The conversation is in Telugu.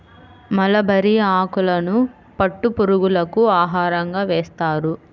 మలబరీ ఆకులను పట్టు పురుగులకు ఆహారంగా వేస్తారు